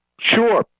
Sure